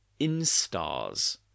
instars